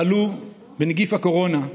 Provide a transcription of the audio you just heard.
חלו בנגיף הקורונה,